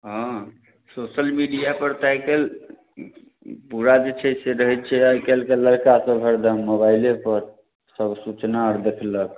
हँ सोशल मीडिआपर तऽ आइकाल्हि पूरा जे छै से रहै छै आइकाल्हिके लड़कासब हरदम मोबाइलेपर सब सूचनासब देखलक